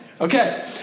Okay